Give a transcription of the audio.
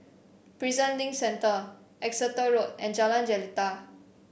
Prison Link Centre Exeter Road and Jalan Jelita